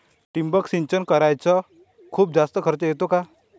ठिबक सिंचन कराच खूप जास्त खर्च येतो का?